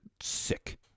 sick